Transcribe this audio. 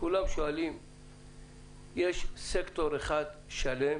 כולם שואלים האם יש סקטור אחד שלם